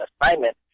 assignment